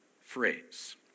phrase